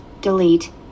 delete